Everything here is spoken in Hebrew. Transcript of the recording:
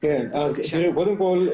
קודם כל,